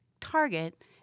target